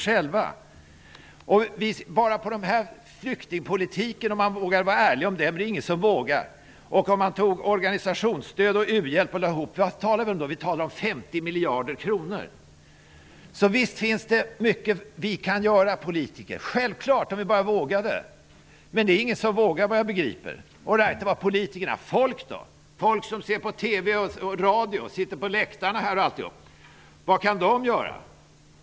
Om man vågade vara ärlig om flyktingpolitiken -- men det är det ingen som vågar -- och lade ihop vad vi ger ut på den, på organisationsstöd och på u-hjälp skulle man komma upp i 50 miljarder kronor. Visst finns det mycket som vi politiker kan göra -- självfallet -- om vi bara vågar. Men enligt vad jag kan begripa är det ingen som vågar. Folk då -- människor som ser på TV, lyssnar på radio, eller sitter här på läktarna -- vad kan de göra?